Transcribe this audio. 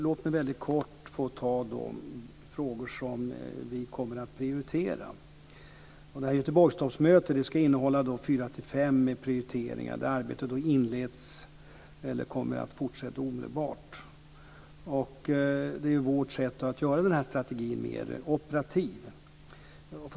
Låt mig kort ta de frågor vi kommer att prioritera. Toppmötet i Göteborg ska innehålla fyra till fem prioriteringar där arbete inleds eller kommer att fortsättas omedelbart. Det är vårt sätt att göra den här strategin mer operativ.